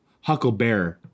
Huckleberry